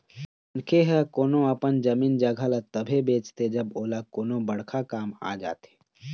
मनखे ह कोनो अपन जमीन जघा ल तभे बेचथे जब ओला कोनो बड़का काम आ जाथे